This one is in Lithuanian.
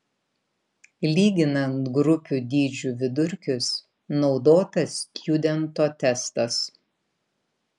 lyginant grupių dydžių vidurkius naudotas stjudento testas